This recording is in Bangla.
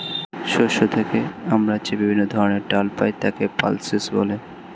শস্য থেকে আমরা যে বিভিন্ন ধরনের ডাল পাই তাকে পালসেস বলে